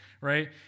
right